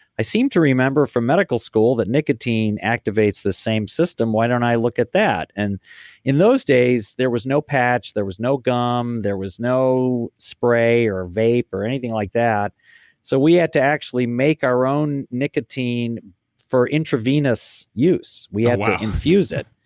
i seem to remember from medical school that nicotine activates the same system, why don't i look at that. and in those days, there was no patch, there was no gum. there was no spray or vape or anything like that so we had to actually make our nicotine for intravenous use, we had to infuse it.